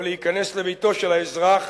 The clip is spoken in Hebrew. או להיכנס לביתו של האזרח